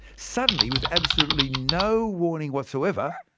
suddenly, with absolutely no warning whatsoever,